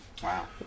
Wow